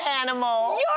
animal